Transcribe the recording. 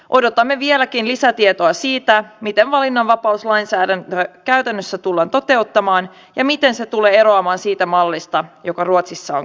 odotamme vieläkin lisätietoa siitä miten valinnanvapauslainsäädäntö käytännössä tullaan toteuttamaan ja miten se tulee eroamaan siitä mallista joka ruotsissa on käytössä